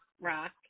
rock